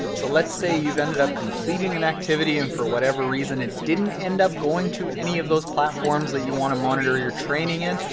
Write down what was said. so let's say you've ended up completing an activity, and for whatever reason it didn't end up going to any of those platforms that you want to monitor your training in,